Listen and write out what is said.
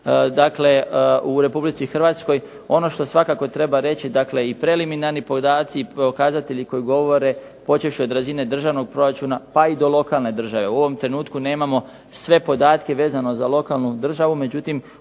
dakle u Republici Hrvatskoj. Ono što svakako treba reći dakle i preliminarni podaci i pokazatelji koji govore, počevši od razine državnog proračuna pa i do lokalne države. U ovom trenutku nemamo sve podatke vezano za lokalnu državu, međutim